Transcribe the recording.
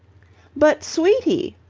but, sweetie!